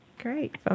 Great